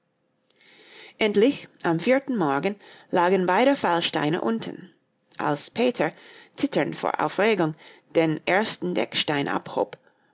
endlich am vierten morgen lagen beide fallsteine unten als peter zitternd vor aufregung den ersten